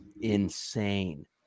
insane